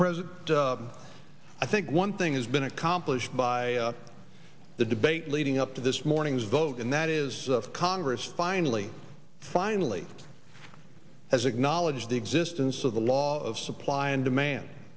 president i think one thing has been accomplished by up the debate leading up to this morning's vote and that is congress finally finally has acknowledged the existence of the law of supply and demand